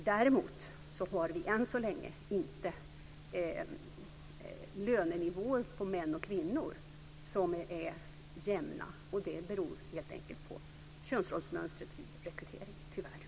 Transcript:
Däremot har vi, än så länge, inte jämna lönenivåer för män och kvinnor. Det beror helt enkelt på könsrollsmönstret vid rekryteringen - tyvärr.